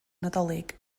nadolig